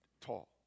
tall